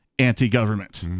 Anti-government